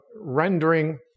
rendering